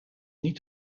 niet